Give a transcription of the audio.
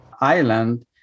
island